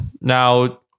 Now